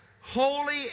Holy